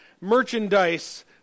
merchandise